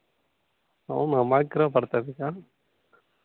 అవునా మాకు కూడా పడతుంది అక్క